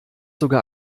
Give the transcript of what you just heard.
sogar